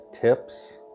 tips